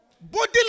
body